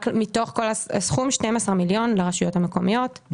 מתוך כל הסכום, 12 מיליון לרשויות המקומיות.